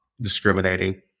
discriminating